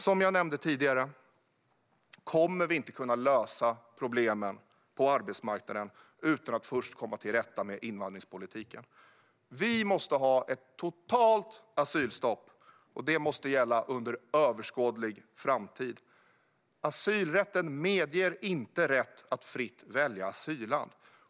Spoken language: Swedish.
Som jag nämnde tidigare kommer vi inte att kunna lösa problemen på arbetsmarknaden utan att först komma till rätta med invandringspolitiken. Vi måste ha ett totalt asylstopp, och det måste gälla under överskådlig framtid. Asylrätten medger inte rätt att fritt välja asylland.